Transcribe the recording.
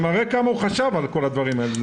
זה מראה כמה הוא חשב על כל הדברים האלה.